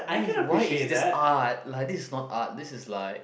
why why is this art like this is not art this is like